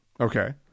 Okay